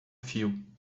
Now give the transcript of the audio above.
fio